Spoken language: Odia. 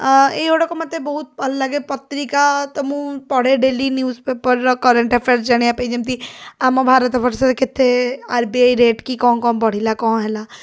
ଏଇଗୁଡ଼ାକ ମୋତେ ବହୁତ ଭଲଲାଗେ ପତ୍ରିକା ମୁଁ ପଢ଼େ ଡେଲି ନିଉଜ ପେପରର କରେଣ୍ଟଆଫେଆର ଜାଣିବାପାଇଁ ଯେମିତି ଆମ ଭାରତବର୍ଷରେ କେତେ ଆର ବି ଆଇ ରେଟ୍ କ'ଣ କ'ଣ ବଢ଼ିଲା କି କ'ଣ ହେଲା